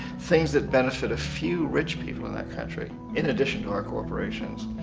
things that benefit a few rich people in that country. in addition to our corporations.